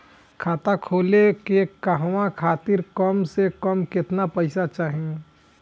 खाता खोले के कहवा खातिर कम से कम केतना पइसा चाहीं?